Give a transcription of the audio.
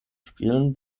spielen